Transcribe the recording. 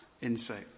insight